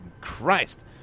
Christ